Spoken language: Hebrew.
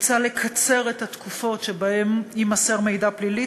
הוצע לקצר את התקופות שבהן יימסר מידע פלילי,